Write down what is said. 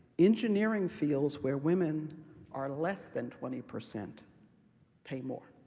engineering fields where women are less than twenty percent pay more.